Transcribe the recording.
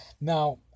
now